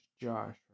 Josh